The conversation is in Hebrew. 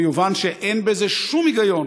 ויובן שאין בזה שום היגיון,